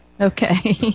Okay